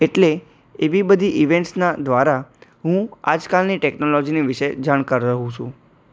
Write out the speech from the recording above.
એટલે એવી બધી ઇવેન્ટસના દ્વારા હું આજ કાલની ટેકનોલોજીની વિશે જાણકાર રહું છું